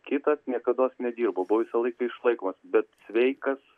kitas niekados nedirbo buvo visą laiką išlaikomas bet sveikas